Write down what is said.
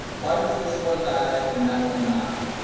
why does this one die and that one not?